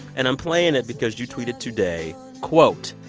and i'm playing it because you tweeted today, quote,